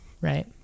right